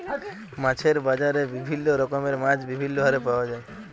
মাছের বাজারে বিভিল্য রকমের মাছ বিভিল্য হারে পাওয়া যায়